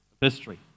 history